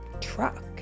truck